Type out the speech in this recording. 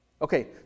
Okay